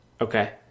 okay